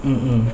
mmhmm